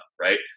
right